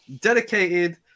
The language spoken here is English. dedicated